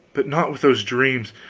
but not with those dreams,